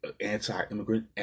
anti-immigrant